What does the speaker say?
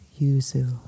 Yuzu